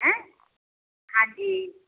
ਹੈਂ ਹਾਂਜੀ